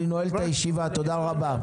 אני נועל את הישיבה, תודה רבה.